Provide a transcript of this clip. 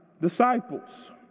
disciples